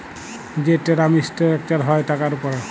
যে term structure হ্যয় টাকার উপরে